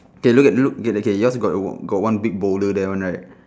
K look at look okay yours got got one big boulder there [one] right